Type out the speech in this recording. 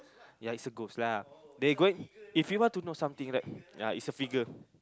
ya is a ghost lah they going if you want to know something like ya is a figure